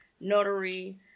notary